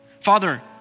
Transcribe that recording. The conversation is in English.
Father